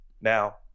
Now